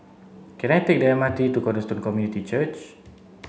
can I take the M R T to Cornerstone Community Church